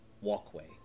...walkway